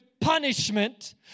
punishment